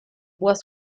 was